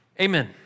amen